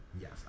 Yes